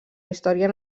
història